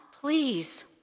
Please